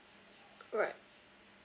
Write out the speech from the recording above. right